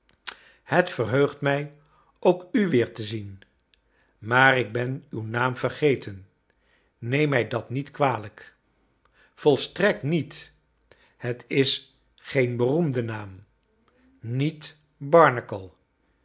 het verheugt mij ook u weer te zien maar ik ben uw naam vergeten neem mij dat niet kwalijk volstrekt niet het is geen beroemde naam niet